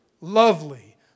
lovely